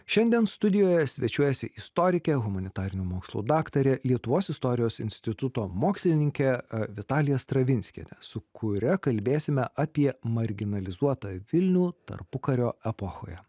šiandien studijoje svečiuojasi istorikė humanitarinių mokslų daktarė lietuvos istorijos instituto mokslininkė vitalija stravinskienė su kuria kalbėsime apie marginalizuotą vilnių tarpukario epochoje